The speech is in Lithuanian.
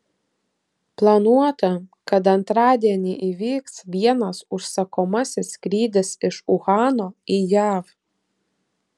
planuota kad antradienį įvyks vienas užsakomasis skrydis iš uhano į jav